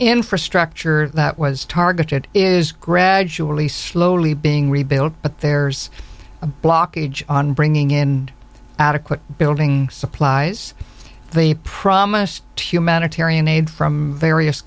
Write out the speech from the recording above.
infrastructure that was targeted is gradually slowly being rebuilt but there's a blockage on bringing in adequate building supplies for the promised to humanitarian aid from various